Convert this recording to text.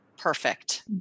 perfect